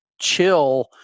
chill